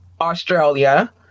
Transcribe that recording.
Australia